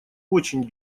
очень